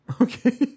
Okay